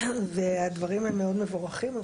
והדברים הם מאד מבורכים.